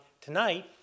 Tonight